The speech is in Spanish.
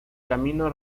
camino